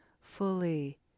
fully